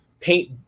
paint